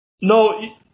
No